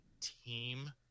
team